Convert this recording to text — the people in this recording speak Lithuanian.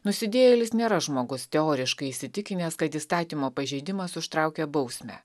nusidėjėlis nėra žmogus teoriškai įsitikinęs kad įstatymo pažeidimas užtraukia bausmę